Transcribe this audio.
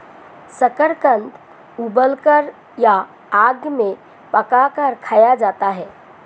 शकरकंद उबालकर या आग में पकाकर खाया जाता है